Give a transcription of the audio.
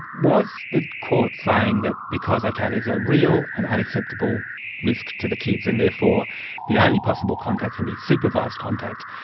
was the court saying that because ok, there's a real and unacceptable risk to the kids, and therefore the only possible contact can be supervised contact.